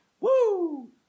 Woo